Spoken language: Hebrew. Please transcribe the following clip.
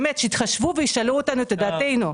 באמת שיתחשבו וישאלו אותנו לדעתנו.